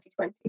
2020